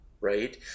right